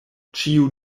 ĉiu